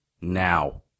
Now